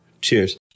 Cheers